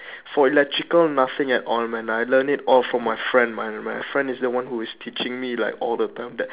for electrical nothing at all man I learn it all from my friend my my friend is the one who is teaching me like all the time that